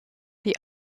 die